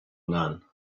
none